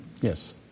yes